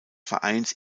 vereins